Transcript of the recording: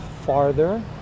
farther